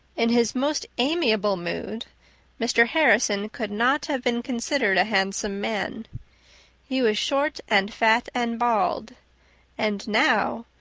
in his most amiable mood mr. harrison could not have been considered a handsome man he was short and fat and bald and now,